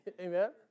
Amen